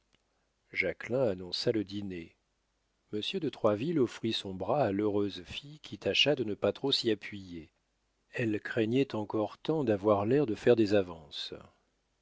jacquelin annonça le dîner monsieur de troisville offrit son bras à l'heureuse fille qui tâcha de ne pas trop s'y appuyer elle craignait encore tant d'avoir l'air de faire des avances